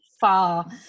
far